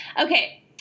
Okay